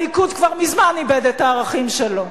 והליכוד כבר מזמן איבד את הערכים שלו.